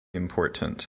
important